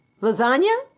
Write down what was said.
Lasagna